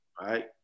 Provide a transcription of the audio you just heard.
right